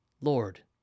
Lord